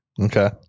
Okay